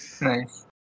Nice